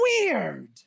weird